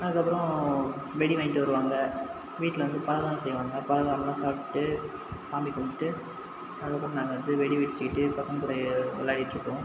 அதுக்கு அப்புறம் வெடி வாங்ண்ட்டு வருவாங்க வீட்டில் வந்து பலகாரம் செய்வாங்க பலகாரம்லா சாப்பிட்டு சாமி கும்பிட்டுட்டு அதுக்கு அப்புறம் நாங்கள் வெடி வெடிச்சுட்டு பசங்க கூட விளையாடிட்ருப்போம்